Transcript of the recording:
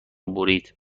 برید